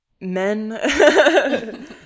men